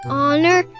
honor